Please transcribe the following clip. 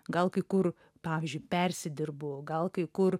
gal kai kur pavyzdžiui persidirbu gal kai kur